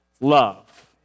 love